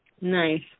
nice